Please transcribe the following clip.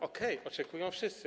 Okej, oczekują wszyscy.